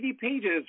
pages